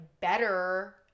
better